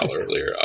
earlier